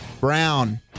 Brown